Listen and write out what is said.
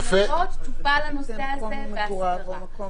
שם טופל הנושא הזה בהסכמה.